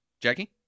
Jackie